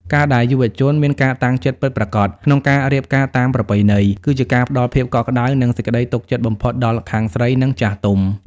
ការដែលយុវជន "មានការតាំងចិត្តពិតប្រាកដ" ក្នុងការរៀបការតាមប្រពៃណី គឺជាការផ្ដល់ភាពកក់ក្ដៅ និងសេចក្ដីទុកចិត្តបំផុតដល់ខាងស្រី និងចាស់ទុំ។